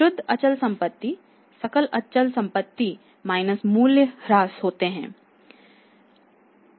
शुद्ध अचल संपत्ति सकल संपत्ति माइनस मूल्य ह्रास होता है